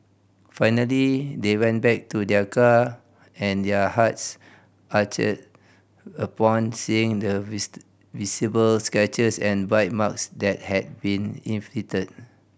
finally they went back to their car and their hearts ached upon seeing the visible scratches and bite marks that had been inflicted